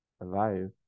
alive